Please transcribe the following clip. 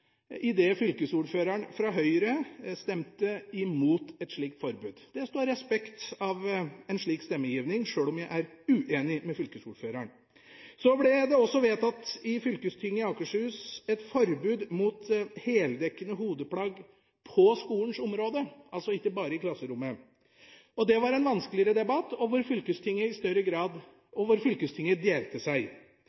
fylkesordføreren fra Høyre stemte imot et slikt forbud. Det står respekt av en slik stemmegivning, sjøl om jeg er uenig med fylkesordføreren. Så ble det også vedtatt i fylkestinget i Akershus et forbud mot heldekkende hodeplagg på skolens område, altså ikke bare i klasserommet. Det var en vanskeligere debatt, hvor fylkestinget